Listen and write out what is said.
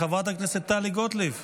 חברת הכנסת טלי גוטליב,